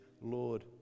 Lord